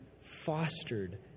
fostered